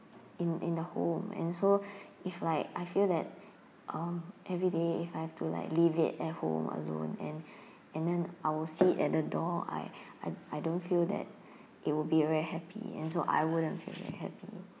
in in the home and so if like I feel that um every day if I have to like leave it at home alone and and then I would see at the door I I I don't feel that it would be very happy and so I wouldn't feel very happy